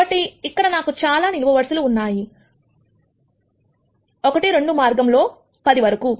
కాబట్టి ఇక్కడ నాకు చాలా నిలువు వరుసలు ఉన్నాయి1 2 మార్గంలో 10 వరకు